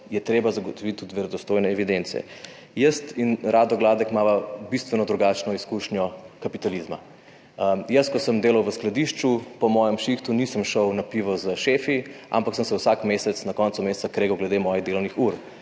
je treba zagotoviti tudi verodostojne evidence. Jaz in Rado Gladek imava bistveno drugačno izkušnjo kapitalizma. Jaz, ko sem delal v skladišču, po mojem šihtu nisem šel na pivo s šefi, ampak sem se vsak mesec na koncu meseca kregal glede mojih delovnih ur.